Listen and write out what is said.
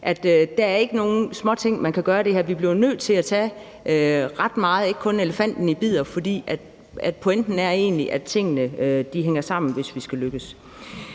at der er nogle småting, man kan gøre her. Vi bliver nødt til at tage fat i ret meget ad gangen og ikke kun spise elefanten i bidder, for pointen er egentlig at forstå, at tingene hænger sammen, hvis vi skal lykkes.